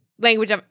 language